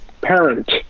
parent